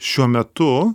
šiuo metu